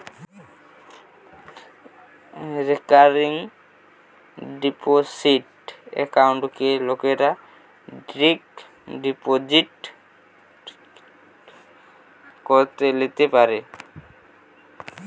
recurring deposit একাউন্টকে লোকরা fixed deposit করে লিতে পারে